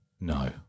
No